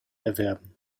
erwerben